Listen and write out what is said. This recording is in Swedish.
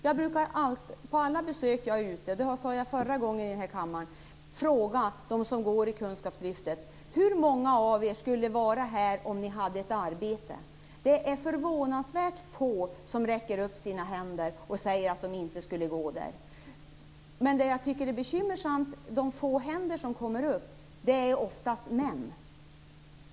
Som jag sagt förut i kammaren brukar jag fråga dem som deltar i kunskapslyftet hur många av dem som inte skulle vara där om de hade ett arbete. Det är förvånansvärt få som räcker upp handen och säger att de inte skulle gå där. Det bekymmersamma är att de få som räcker upp handen oftast är män.